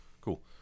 Cool